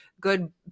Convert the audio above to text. good